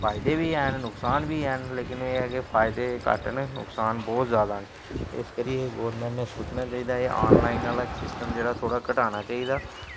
फायदे बी हैन नुकसान बी हैन लेकिन एह् ऐ कि फायदे घट्ट न नुकसान ब्हौत जैदा न ते इस करियै गौरमैंट ने सोचना चाहिदा एह् आनलाइन आह्ला सिस्टम जेह्ड़ा थोह्ड़ा घटाना चाहिदा